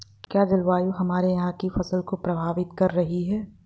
क्या जलवायु हमारे यहाँ की फसल को प्रभावित कर रही है?